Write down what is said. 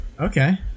Okay